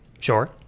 Sure